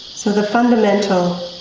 so the fundamental